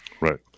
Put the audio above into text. right